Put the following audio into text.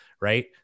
right